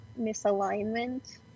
misalignment